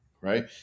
right